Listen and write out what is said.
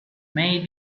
may